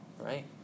right